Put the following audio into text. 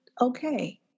okay